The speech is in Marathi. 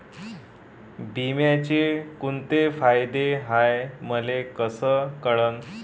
बिम्याचे कुंते फायदे हाय मले कस कळन?